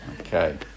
Okay